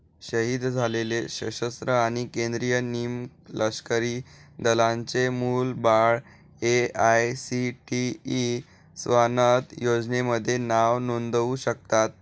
शहीद झालेले सशस्त्र आणि केंद्रीय निमलष्करी दलांचे मुलं बाळं ए.आय.सी.टी.ई स्वानथ योजनेमध्ये नाव नोंदवू शकतात